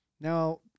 Now-